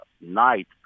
night